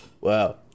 Wow